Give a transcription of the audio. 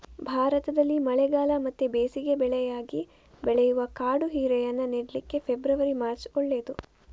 ಭಾರತದಲ್ಲಿ ಮಳೆಗಾಲ ಮತ್ತೆ ಬೇಸಿಗೆ ಬೆಳೆಯಾಗಿ ಬೆಳೆಯುವ ಕಾಡು ಹೀರೆಯನ್ನ ನೆಡ್ಲಿಕ್ಕೆ ಫೆಬ್ರವರಿ, ಮಾರ್ಚ್ ಒಳ್ಳೇದು